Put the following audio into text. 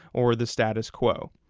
or the status quo.